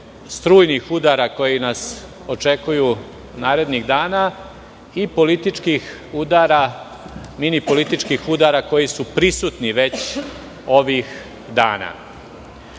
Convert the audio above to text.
strujnih udara koji nas očekuju narednih dana i mini političkih udara koji su prisutni već ovih dana. Prvo